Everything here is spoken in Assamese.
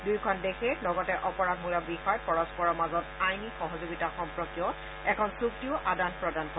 দুয়োখন দেশে লগতে অপৰাধ মূলক বিষয়ত পৰস্পৰৰ মাজত আইনী সহযোগিতা সম্পৰ্কীয় এখন চুক্তিও আদান প্ৰদান কৰে